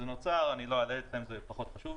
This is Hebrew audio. נוצר אבל אני לא אלאה אתכם כי זה פחות חשוב.